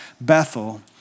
Bethel